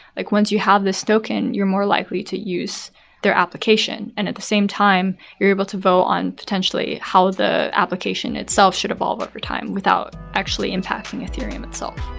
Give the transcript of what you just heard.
like once you have this token, you're more likely to use their application and at the same time you're able to vote on potentially how the application itself should evolve over time without actually impacting ethereum itself.